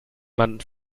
man